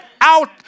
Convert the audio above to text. out